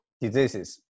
diseases